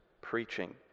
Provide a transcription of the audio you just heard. preaching